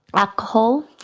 alcohol,